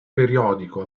periodico